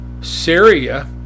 Syria